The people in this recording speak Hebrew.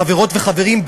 חברות וחברים,